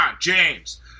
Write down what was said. james